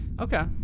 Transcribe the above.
Okay